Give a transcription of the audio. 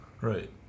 Right